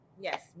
Yes